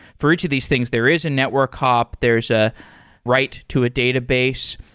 for each of these things, there is a network hop. there's a write to a database.